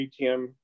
ATM